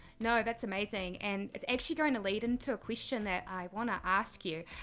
no, that's amazing. and it's actually going to lead into a question that i want to ask you.